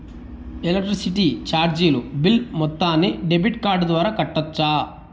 Electricity చార్జీలు bill మొత్తాన్ని debit card ద్వారా కట్టొచ్చా?